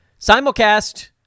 Simulcast